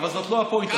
אבל זו לא הפואנטה.